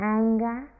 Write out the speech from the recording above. anger